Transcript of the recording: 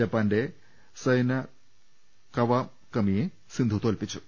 ജപ്പാന്റെ സയ്ന കവാകമിയെ സിന്ധു തോൽപിച്ചു